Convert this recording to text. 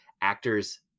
actors